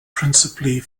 principally